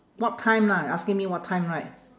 what time lah you asking me what time right